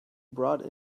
brought